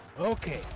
Okay